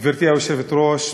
גברתי היושבת-ראש,